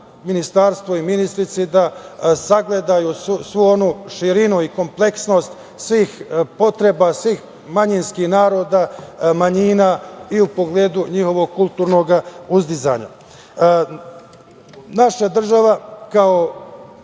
ministarstvu i ministrici da sagledaju svu onu širinu i kompleksnost svih potreba svih manjinskih naroda, manjina i u pogledu njihovog kulturnog uzdizanja. Naša država, kao